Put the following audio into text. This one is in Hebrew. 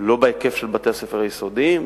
לא בהיקף של בתי-הספר היסודיים,